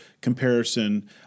comparison